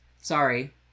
Sorry